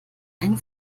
eine